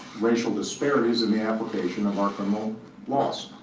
racial disparities in the application of our criminal laws.